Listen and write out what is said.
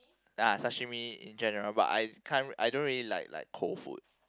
ya sashimi in general but I can't I don't really like like cold food